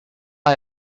guy